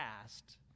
past